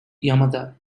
yamada